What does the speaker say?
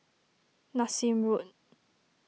Nassim Road